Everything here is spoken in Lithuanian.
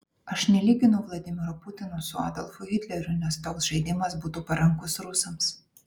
aš nelyginu vladimiro putino su adolfu hitleriu nes toks žaidimas būtų parankus rusams